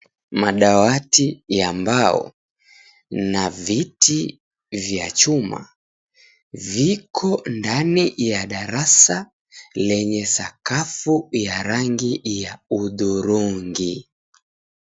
Madawati ya mbao na viti vya chuma, viko ndani ya darasa lenye sakafu ya rangi ya hudhurungi.